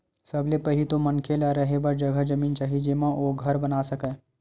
सबले पहिली तो मनखे ल रेहे बर जघा जमीन चाही जेमा ओ ह घर बना सकय